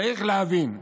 צריך להבין,